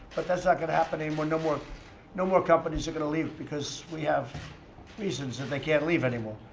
but that's not going to happen anymore. no more no more companies are going to leave because we have reasons that they can't leave anymore.